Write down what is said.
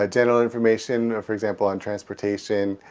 ah general information, for example on transportation,